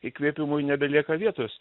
įkvėpimui nebelieka vietos